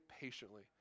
patiently